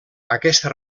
aquesta